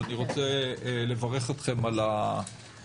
אז אני רוצה לברך אתכם על המינוי.